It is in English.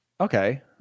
Okay